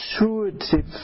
intuitive